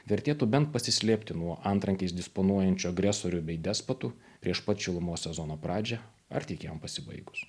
vertėtų bent pasislėpti nuo antrankiais disponuojančių agresorių bei despotų prieš pat šilumos sezono pradžią ar tik jam pasibaigus